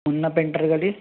Munna painter गली